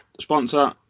Sponsor